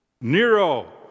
Nero